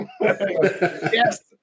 Yes